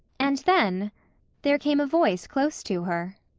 and then there came a voice close to her.